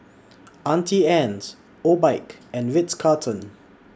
Auntie Anne's Obike and Ritz Carlton